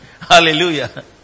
Hallelujah